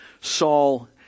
Saul